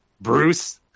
Bruce